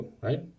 right